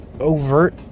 overt